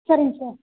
சரிங்க சார்